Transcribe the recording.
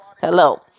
Hello